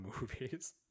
movies